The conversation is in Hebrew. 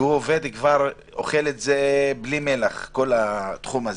שכבר אוכל את התחום הזה בלי מלח --- אוסאמה,